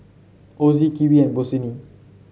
Ozi Kiwi and Bossini